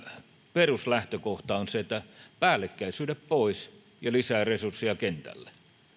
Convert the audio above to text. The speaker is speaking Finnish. peruslähtökohta on se että päällekkäisyydet pois ja lisää resursseja kentälle